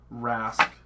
Rask